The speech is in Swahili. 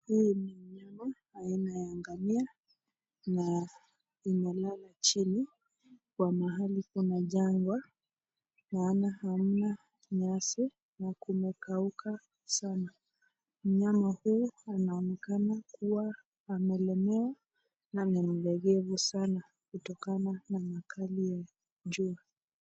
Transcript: Huyu ni mnyama aina ya ngamia na imelala chini kwa mahali mna jangwa kwa maana hakuna nyasi na kumekauka sana na mnyama anaonekana amelewa ni mlekevu kutokana na makali ya jua.